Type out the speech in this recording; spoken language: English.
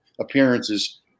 appearances